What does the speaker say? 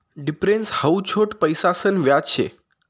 difference हाऊ छोट पैसासन व्याज शे